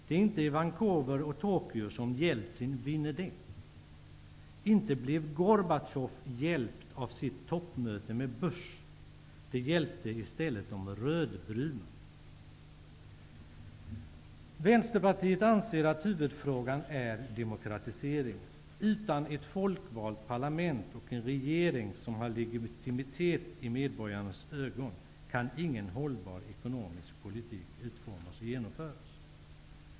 Det är inte i Vancouver och Tokyo som Jeltsin vinner det. Inte blev Gorbatjov hjälpt av sitt toppmöte med Bush. Det hjälpte i stället de rödbruna. Vänsterpartiet anser att huvudfrågan är demokratiseringen. Utan ett folkvalt parlament och en regering som har legitimitet i medborgarnas ögon kan ingen hållbar ekonomisk politik utformas och genomföras.